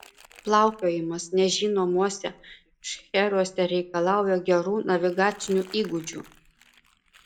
plaukiojimas nežinomuose šcheruose reikalauja gerų navigacinių įgūdžių